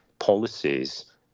policies